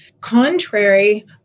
Contrary